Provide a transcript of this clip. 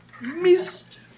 Missed